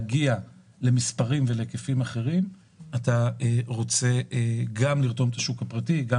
אבל כדי להגיע לגופים אחרים צריך לרתום את השוק הפרטי ואת